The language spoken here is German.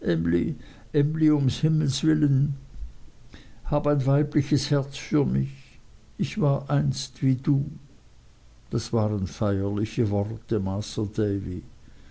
willen hab ein weiblich herz für mich ich war einst wie du das waren feierliche worte masr davy